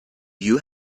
you